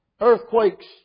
Earthquakes